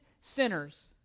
sinners